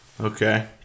Okay